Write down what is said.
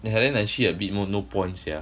and then like actually a bit more no point sia